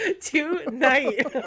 tonight